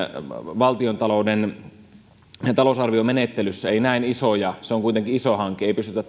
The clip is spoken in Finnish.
valtiontalouden talousarviomenettelyssä näin isoja hankkeita se on kuitenkin iso hanke ei pystytä